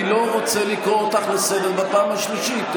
אני לא רוצה לקרוא אותך לסדר פעם שלישית.